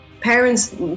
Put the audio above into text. parents